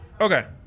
Okay